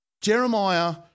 Jeremiah